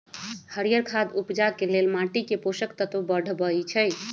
हरियर खाद उपजाके लेल माटीके पोषक तत्व बढ़बइ छइ